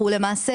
למעשה,